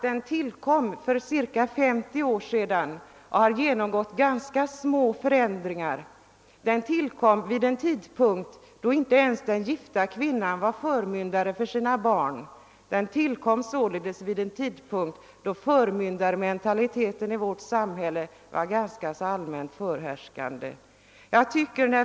Den tillkom för cirka femtio år sedan och har sedan dess genomgått ganska små förändringar. Den infördes vid den tidpunkt när den gifta kvinnan inte ens var förmyndare för sina barn, således i ett skede när förmyndarmentaliteten i vårt samhälle var tämligen allmänt förhärskande.